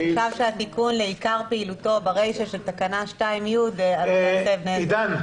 אפשר שהתיקון לעיקר פעילותו ברישא של תקנה 2 (י) --- עידן,